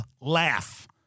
laugh